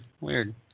weird